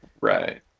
Right